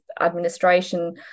administration